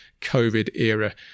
COVID-era